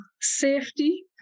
safety